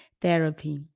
therapy